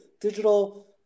Digital